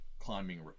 climbing